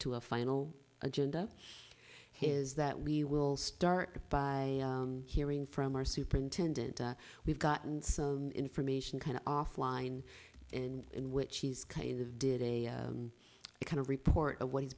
to a final agenda is that we will start by hearing from our superintendent we've gotten some information kind of offline and in which he's kind of did a kind of report of what he's